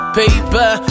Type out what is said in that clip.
paper